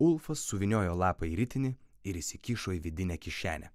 ulfas suvyniojo lapą į ritinį ir įsikišo į vidinę kišenę